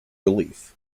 relief